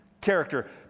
character